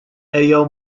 ejjew